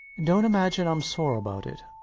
dont imagine i'm sore about it.